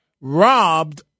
robbed